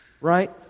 right